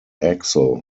axle